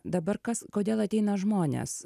dabar kas kodėl ateina žmonės